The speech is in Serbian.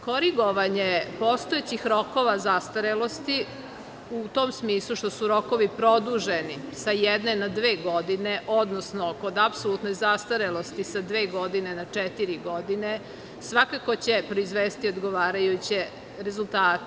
Korigovanje postojećih rokova zastarelosti u tom smislu što su rokovi produženi sa jedne na dve godine, odnosno kod apsolutne zastarelosti sa dve godine na četiri godine, svakako će proizvesti odgovarajuće rezultate.